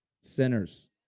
sinners